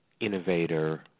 innovator